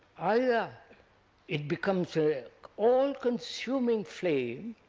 either it becomes an all consuming flame